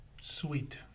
Sweet